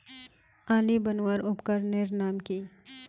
आली बनवार उपकरनेर नाम की?